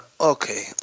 Okay